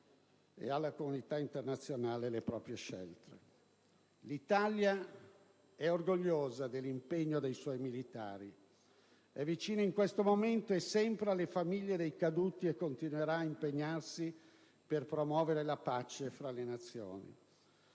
e alla comunità internazionale le proprie scelte. L'Italia è orgogliosa dell'impegno dei suoi militari. È vicina in questo momento e sempre alle famiglie dei caduti, e continuerà ad impegnarsi per promuovere la pace fra le Nazioni.